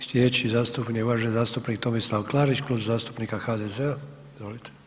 Te sljedeći zastupnik, uvaženi zastupnik Tomislav Klarić, Klub zastupnika HDZ-a, izvolite.